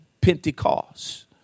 Pentecost